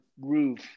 roof